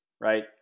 right